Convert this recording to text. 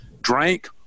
drank